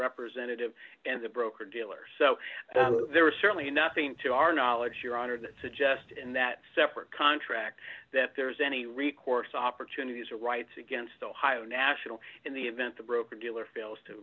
representative and the broker dealers so there is certainly nothing to our knowledge your honor that suggest in that separate contract that there is any recourse opportunities or rights against ohio national in the event the broker dealer fails to